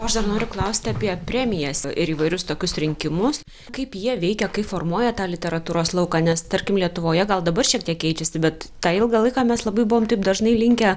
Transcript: aš dar noriu klausti apie premijas ir įvairius tokius rinkimus kaip jie veikia kaip formuoja tą literatūros lauką nes tarkim lietuvoje gal dabar šiek tiek keičiasi bet tą ilgą laiką mes labai buvom taip dažnai linkę